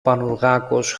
πανουργάκος